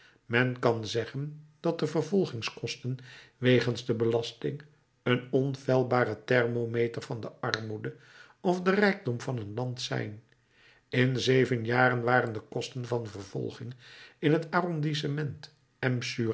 men kan zeggen dat de vervolgingskosten wegens de belasting een onfeilbare thermometer van de armoede of den rijkdom van een land zijn in zeven jaren waren de kosten van vervolging in het arrondissement m